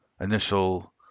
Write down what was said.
initial